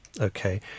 okay